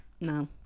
No